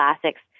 classics